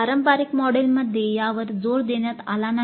पारंपारिक मॉडेलमध्ये यावर जोर देण्यात आला नाही